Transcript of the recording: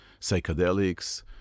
psychedelics